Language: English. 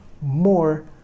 more